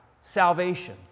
salvation